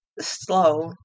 slow